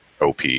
OP